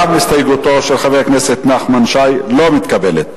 גם הסתייגותו של חבר הכנסת נחמן שי לא מתקבלת.